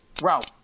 Ralph